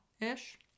ish